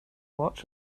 watch